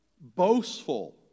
Boastful